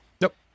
Nope